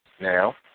Now